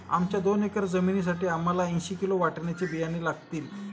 आमच्या दोन एकर जमिनीसाठी आम्हाला ऐंशी किलो वाटाण्याचे बियाणे लागतील